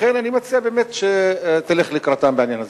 ולכן אני מציע שתלך לקראתם בעניין הזה.